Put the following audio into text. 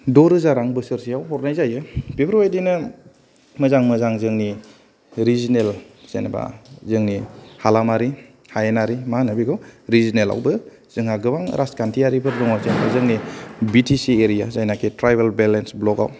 द' रोजा रां बोसोरसेयाव हरनाय जायो बेफोर बायदिनो मोजां मोजां जोंनि रिजिनेल जेनेबा जोंनि हालामारि हायेनारि मा होनो बेखौ रिजिनेलावबो जोंहा गोबां राजखान्थियारिफोर दं जेनेबा जोंनि बि टि सि एरिया जायनाखि ट्राइबेल बेल्ट एन ब्लक आव